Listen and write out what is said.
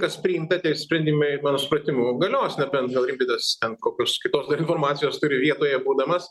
kas priimta sprendimai mano supratimu galios nebent gal rimvydas ten kokios kitos informacijos turi vietoje būdamas